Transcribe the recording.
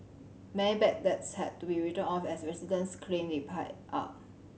many bad debts had to be written off as residents claim they pie up